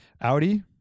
Audi